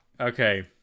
Okay